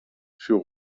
für